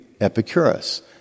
Epicurus